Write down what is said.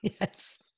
Yes